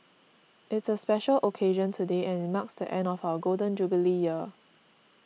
it's a special occasion today and it marks the end of our Golden Jubilee year